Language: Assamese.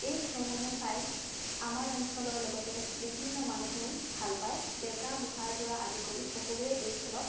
এই খেলসমূহ চাই আমাৰ অঞ্চলৰ লগতে বিভিন্ন মানুহেও ভাল পায় ডেকা বুঢ়াৰ পৰা আদি কৰি সকলোৱে এই খেলত